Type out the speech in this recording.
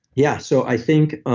yeah, so i think.